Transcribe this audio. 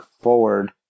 forward